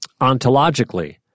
ontologically